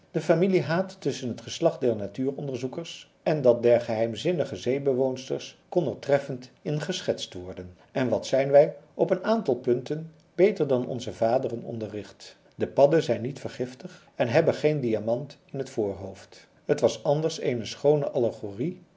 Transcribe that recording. de familiehaat tusschen het geslacht der natuuronderzoekers en dat der geheimzinnige zeebewoonsters kon er treffend in geschetst worden en wat zijn wij op een aantal punten beter dan onze vaderen onderricht de padden zijn niet vergiftig en hebben geen diamant in het voorhoofd het was anders eene schoone allegorie